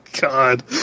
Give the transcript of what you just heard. God